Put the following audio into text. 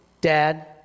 Dad